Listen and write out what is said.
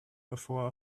before